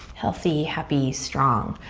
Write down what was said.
healthy, happy, strong.